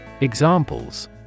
Examples